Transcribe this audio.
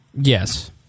Yes